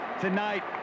tonight